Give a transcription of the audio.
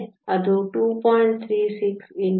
36 x 1019 m 3